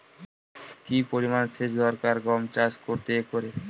কি পরিমান সেচ দরকার গম চাষ করতে একরে?